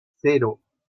cero